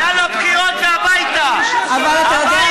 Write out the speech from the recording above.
יאללה, בחירות והביתה, הביתה.